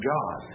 God